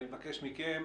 אני אבקש מכם,